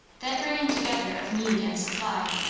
that bringing together of need and supply,